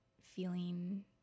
feeling